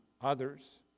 others